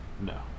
No